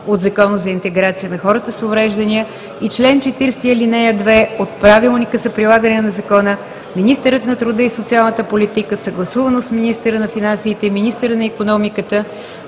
от Закона за интеграция за хората с увреждания и чл. 40, ал. 2 от Правилника за прилагане на Закона, министърът на труда и социалната политика, съгласувано с министъра на финансите и министъра на икономиката,